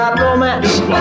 romance